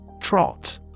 Trot